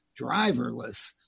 driverless